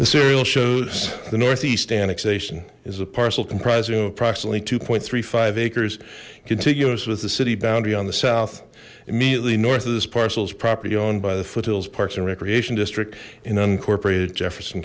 the serial shows the northeast annexation is a parcel comprising of approximately two three five acres contiguous with the city boundary on the south immediately north of this parcels property owned by the foothills parks and recreation district in unincorporated jefferson